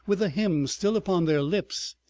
with the hymn still upon their lips,